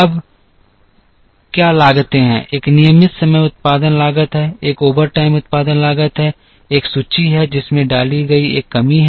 अब क्या लागतें हैं एक नियमित समय उत्पादन लागत है एक ओवरटाइम उत्पादन लागत है एक सूची है जिसमें डाली गई एक कमी है